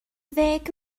ddeng